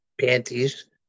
panties